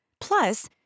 Plus